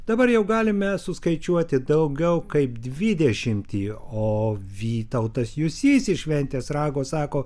dabar jau galime suskaičiuoti daugiau kaip dvidešimtį o vytautas jusys iš ventės rago sako